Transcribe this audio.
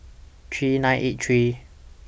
three nine eight three